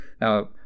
Now